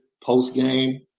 post-game